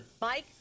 Mike